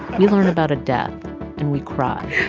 we learn about a death and we cry